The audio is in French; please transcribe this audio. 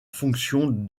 fonction